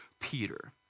Peter